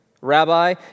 Rabbi